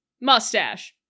mustache